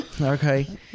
Okay